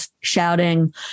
shouting